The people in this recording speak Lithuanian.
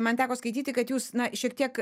man teko skaityti kad jūs na šiek tiek